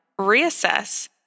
reassess